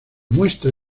muestra